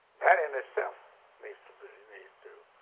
that in itself needs to be, needs to